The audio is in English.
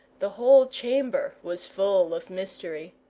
the whole chamber was full of mystery.